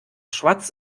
schwarz